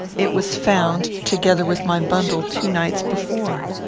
it was found, together with my bundle, two nights before.